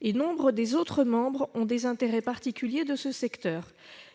et nombre des autres membres ont des intérêts particuliers de ce secteur.